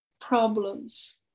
problems